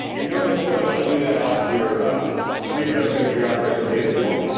you don't necessarily want to do that off of your read replicas of your operational data store,